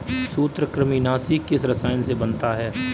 सूत्रकृमिनाशी किस रसायन से बनता है?